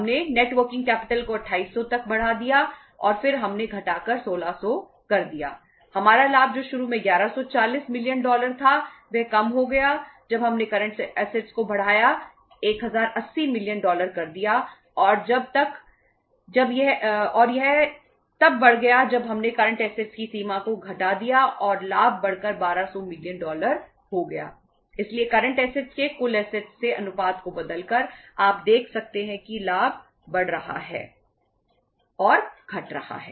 हमने net working capital से अनुपात को बदलकर आप देख सकते हैं कि लाभ बढ़ रहा है और घट रहा है